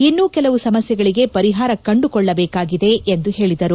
ಇನ್ನೂ ಕೆಲವು ಸಮಸ್ನೆಗಳಿಗೆ ಪರಿಹಾರ ಕಂಡುಕೊಳ್ಳಬೇಕಾಗಿದೆ ಎಂದು ಹೇಳಿದರು